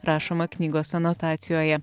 rašoma knygos anotacijoje